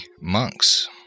monks